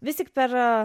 vis tik per